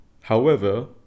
However